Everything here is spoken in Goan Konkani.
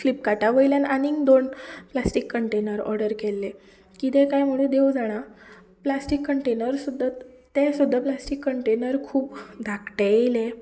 फ्लिपकार्टावयल्यान आनी दोन प्लास्टीक कंटेनर ऑर्डर केल्ले कितें कांय म्हणून देव जाणां प्लास्टीक कंटेनर सुद्दां ते सुद्दां प्लास्टीक कंटेनर खूब दाखटे येले